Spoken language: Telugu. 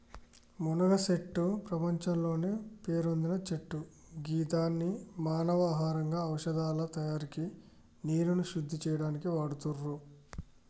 మునగచెట్టు ప్రపంచంలోనే పేరొందిన చెట్టు గిదాన్ని మానవ ఆహారంగా ఔషదాల తయారికి నీరుని శుద్ది చేయనీకి వాడుతుర్రు